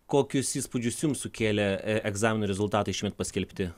kokius įspūdžius jums sukėlė e egzaminų rezultatai šiemet paskelbti